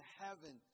heaven